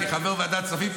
כחבר ועדת הכספים,